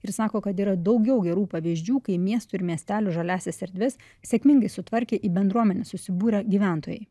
ir sako kad yra daugiau gerų pavyzdžių kai miestų ir miestelių žaliąsias erdves sėkmingai sutvarkė į bendruomenes susibūrę gyventojai